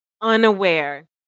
unaware